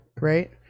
right